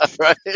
right